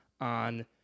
on